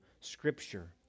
Scripture